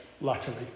latterly